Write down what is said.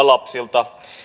lapsilta